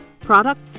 products